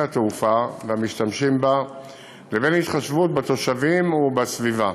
התעופה והמשתמשים בה לבין התחשבות בתושבים ובסביבה.